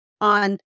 on